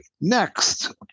Next